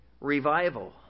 revival